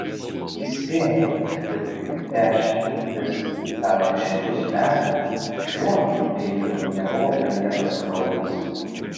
jis spėjo kad jau kelias dešimtis gal net šimtus metų šiuo peiliu nebuvo pralietas kraujas